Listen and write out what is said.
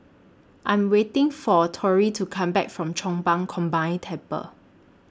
I Am waiting For Torrie to Come Back from Chong Pang Combined Temple